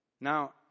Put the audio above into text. Now